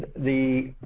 the